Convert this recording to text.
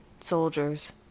soldiers